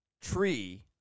tree